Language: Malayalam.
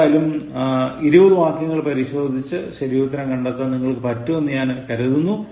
ഏതായാലും 20 വാക്യങ്ങൾ പരിശോധിച്ച് ശരിയുത്തരം കണ്ടെത്താൻ നിങ്ങൾക്കു പറ്റും എന്ന് ഞാൻ കരുതുന്നു